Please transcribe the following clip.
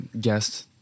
guest